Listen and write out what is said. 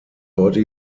heute